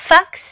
Fox